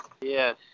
Yes